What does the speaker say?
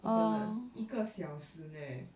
我等了一个小时 leh